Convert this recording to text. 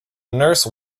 nurse